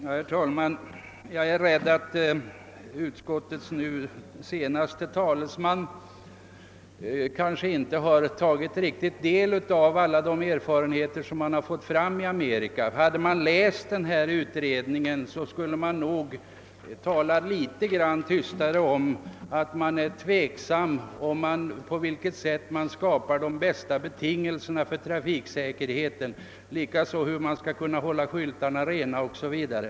Herr talman! Jag är rädd att utskottets senaste talesman kanske inte tillräckligt har tagit del av erfarenheterna i USA. Om man läst utredningsresultaten hade man nog inte talat så mycket om att man är tveksam om på vilket sätt den största trafiksäkerheten kan skapas, hur skyltarna skall kunna hållas rena o.s.v.